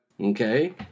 okay